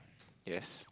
yes